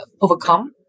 overcome